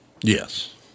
Yes